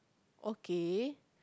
okay